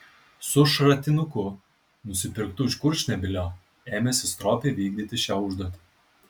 su šratinuku nusipirktu iš kurčnebylio ėmėsi stropiai vykdyti šią užduotį